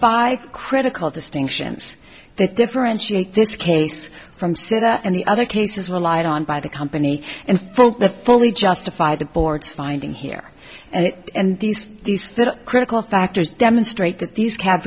five critical distinctions that differentiate this case from siddha and the other cases relied on by the company and the fully justified the board's finding here and these these critical factors demonstrate that these cab